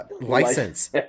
license